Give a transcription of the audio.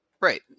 Right